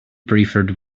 preferred